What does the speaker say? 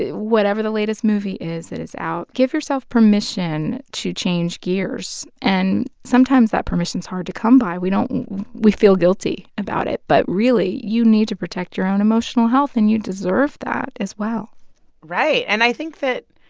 whatever the latest movie is that is out? give yourself permission to change gears. and sometimes that permission's hard to come by. we don't we feel guilty about it, but really, you need to protect your own emotional health, and you deserve that as well right. right. and i think that,